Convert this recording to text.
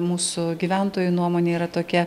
mūsų gyventojų nuomonė yra tokia